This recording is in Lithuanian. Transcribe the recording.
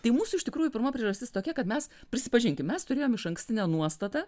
tai mūsų iš tikrųjų pirma priežastis tokia kad mes prisipažinkim mes turėjom išankstinę nuostatą